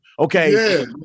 Okay